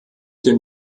den